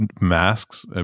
masks